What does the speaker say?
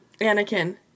Anakin